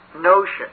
notion